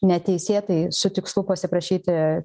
neteisėtai su tikslu pasiprašyti